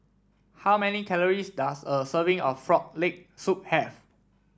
how many calories does a serving of Frog Leg Soup have